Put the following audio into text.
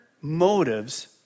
motives